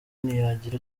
ntiyagira